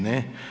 Ne.